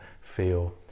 feel